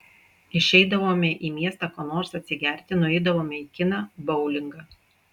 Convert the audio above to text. išeidavome į miestą ko nors atsigerti nueidavome į kiną boulingą